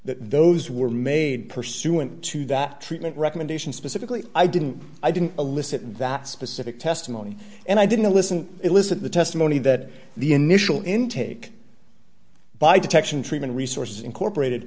those were made pursuant to that treatment recommendation specifically i didn't i didn't elicit that specific testimony and i didn't listen elicit the testimony that the initial intake by detection treatment resources incorporated